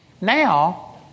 Now